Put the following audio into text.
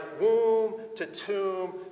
womb-to-tomb